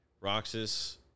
Roxas